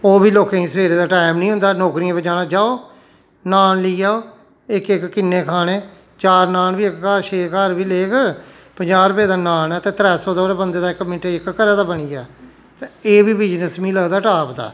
ओह् बी लोकें गी सबेरे दा टाइम निं होंदा नौकरियें उप्पर जाना जाओ नान लेई जाओ इक इक किन्ने खाने चार नान बी इक घर छे घर बी लैग पजांह् रपेंऽ दा नान ऐ ते त्रै सौ ते उस बंदे दा इक मिंट च इक घरा दा बनी गेआ ते एह् बी बिजनस मिं लगदा टाप दा ऐ